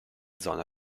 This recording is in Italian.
zone